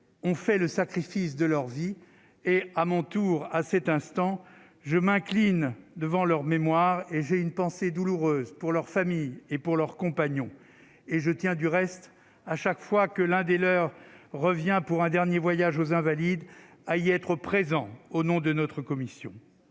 ont fait le sacrifice de leur vie et à mon tour, à cet instant, je m'incline devant leur mémoire et c'est une pensée douloureuse pour leurs familles et pour leurs compagnons et je tiens, du reste, à chaque fois que l'un des leur revient pour un dernier voyage aux invalides à y être présent au nom de notre commission.